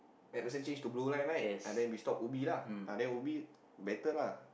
MacPherson change to blue line right ah then we stop Ubi lah uh then Ubi better lah